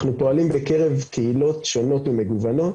אנחנו פועלים בקרב קהילות שונות ומגוונות,